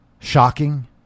shocking